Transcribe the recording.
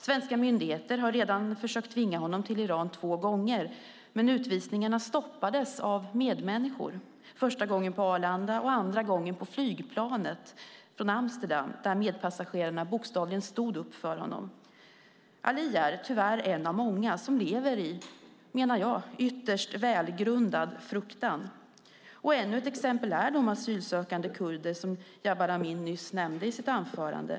Svenska myndigheter har redan försökt tvinga honom till Iran två gånger, men utvisningarna stoppades av medmänniskor, första gången på Arlanda och andra gången på flygplanet från Amsterdam där medpassagerarna bokstavligen stod upp för honom. Ali är tyvärr en av många som, menar jag, lever i ytterst välgrundad fruktan. Ännu ett exempel är de asylsökande kurder som Jabar Amin nyss nämnde i sitt anförande.